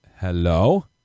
Hello